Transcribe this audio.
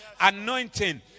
anointing